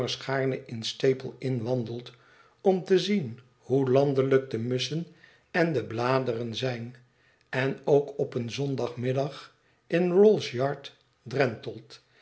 in stap ie inn wandelt om te zien hoe landelijk de musschen en de bladeren zijn en ook op een zondagmiddag in rollsyard